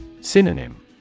Synonym